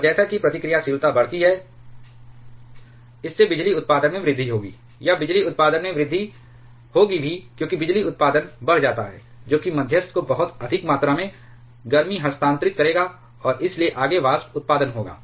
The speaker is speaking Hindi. और जैसा कि प्रतिक्रियाशीलता बढ़ती है इससे बिजली उत्पादन में वृद्धि होगी या बिजली उत्पादन में वृद्धि होगी क्योंकि बिजली उत्पादन बढ़ जाता है जो कि मध्यस्थ को बहुत अधिक मात्रा में गर्मी हस्तांतरित करेगा और इसलिए आगे वाष्प उत्पादन होगा